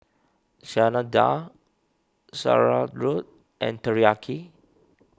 Chana Dal Sauerkraut and Teriyaki